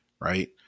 right